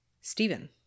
Stephen